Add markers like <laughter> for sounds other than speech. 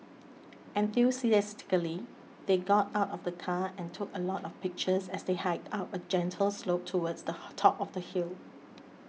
enthusiastically they got out of the car and took a lot of pictures as they hiked up a gentle slope towards the <noise> top of the hill